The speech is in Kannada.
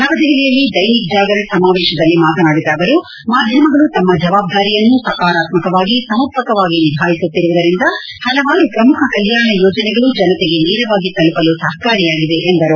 ನವದೆಪಲಿಯಲ್ಲಿ ದೈನಿಕ್ ಜಾಗರಣ ಸಮಾವೇಶದಲ್ಲಿ ಮಾತನಾಡಿದ ಅವರು ಮಾಧ್ಯಮಗಳ ತಮ್ಮ ಜವಾಬ್ದಾರಿಯನ್ನು ಸಕಾರಾತ್ಮಕವಾಗಿ ಸಮರ್ಪಕವಾಗಿ ನಿಭಾಯಿಸುತ್ತಿರುವುದರಿಂದ ಪಲವಾರು ಪ್ರಮುಖ ಕಲ್ಕಾಣ ಯೋಜನೆಗಳು ಜನತೆಗೆ ನೇರವಾಗಿ ತಲುಪಲು ಸಹಕಾರಿಯಾಗಿವೆ ಎಂದರು